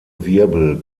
wirbel